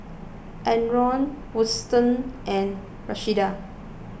Adron Woodson and Rashida